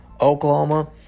Oklahoma